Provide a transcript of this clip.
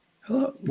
hello